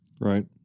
Right